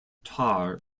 tar